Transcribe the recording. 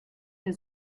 der